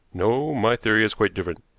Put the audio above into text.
no, my theory is quite different.